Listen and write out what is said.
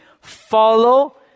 follow